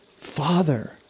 father